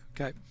okay